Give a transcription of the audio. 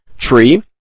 tree